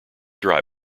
dry